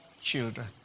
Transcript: children